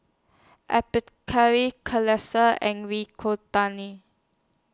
Atopiclair and